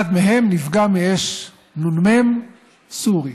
אחד מהם נפגע מאש נ"מ סורי.